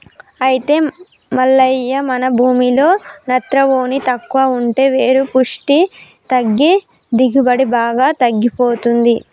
అయితే మల్లయ్య మన భూమిలో నత్రవోని తక్కువ ఉంటే వేరు పుష్టి తగ్గి దిగుబడి బాగా తగ్గిపోతుంది